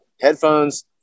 headphones